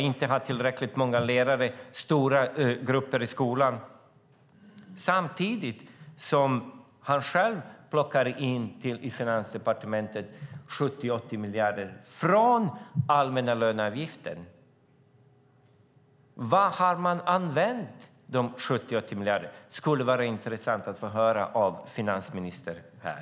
De har inte tillräckligt många lärare och alltför stora grupper i skolan samtidigt som han själv plockar in 70-80 miljarder till Finansdepartementet från den allmänna löneavgiften. Vad har man använt dessa 70-80 miljarder till? Det skulle vara intressant att få höra av finansministern här.